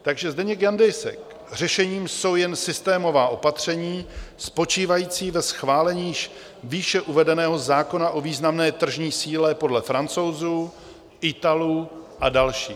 Takže Zdeněk Jandejsek: Řešením jsou jen systémová opatření spočívající ve schválení výše uvedeného zákona o významné tržní síle podle Francouzů, Italů a dalších.